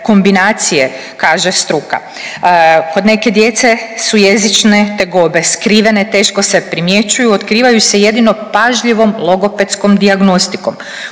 kombinacije, kaže struka, kod neke djece su jezične tegobe skrivene, teško se primjećuju, otkrivaju se jedino pažljivom logopedskom dijagnostikom.